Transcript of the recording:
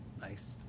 Nice